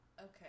okay